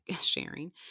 sharing